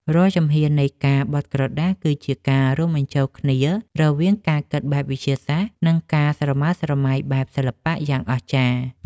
រាល់ជំហាននៃការបត់ក្រដាស គឺជាការរួមបញ្ចូលគ្នារវាងការគិតបែបវិទ្យាសាស្ត្រ និងការស្រមើស្រមៃបែបសិល្បៈយ៉ាងអស្ចារ្យ។